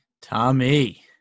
Tommy